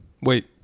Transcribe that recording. Wait